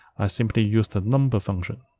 i simply use the number function